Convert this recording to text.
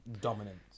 dominant